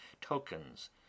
tokens